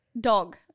dog